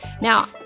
Now